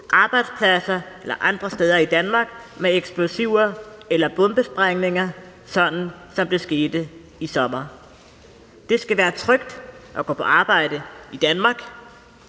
arbejdspladser eller andre steder i Danmark med eksplosiver eller bombesprængninger, sådan som det skete i sommer. Det skal være trygt at gå på arbejde i Danmark.